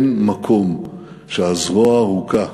אין מקום שהזרוע הארוכה